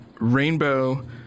Rainbow